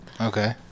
Okay